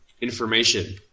information